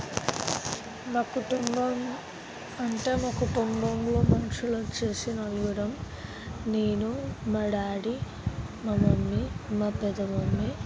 మా కుటుంబం అంటే మా కుటుంబంలో మనుషులు వచ్చేసి నలుగురం నేను మా డాడీ మా మమ్మీ మా పెద మమ్మీ